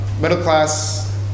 middle-class